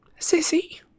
Sissy